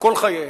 כל חייהם.